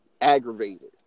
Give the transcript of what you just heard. aggravated